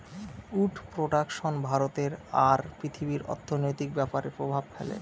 would production ভারতে আর পৃথিবীর অর্থনৈতিক ব্যাপরে প্রভাব ফেলে